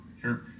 Sure